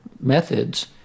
methods